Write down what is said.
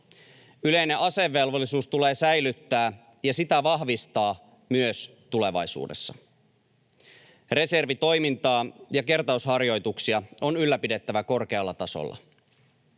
Yleinen asevelvollisuus tulee säilyttää ja sitä vahvistaa myös tulevaisuudessa. Reservitoimintaa ja kertausharjoituksia on ylläpidettävä korkealla tasolla.